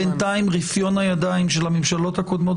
בינתיים רפיון הידיים של הממשלות הקודמות